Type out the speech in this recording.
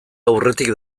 aurretik